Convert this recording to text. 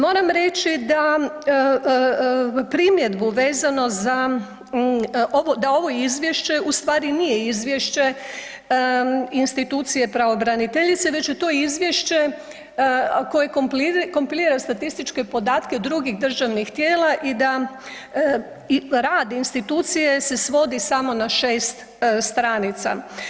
Moram reći da primjedbu vezanu za, ovo da ovo izvješće u stvari nije izvješće institucije pravobraniteljice već je to izvješće koje kompilira statističke podatke drugih državnih tijela i da i rad institucije se svodi samo na 6 stranica.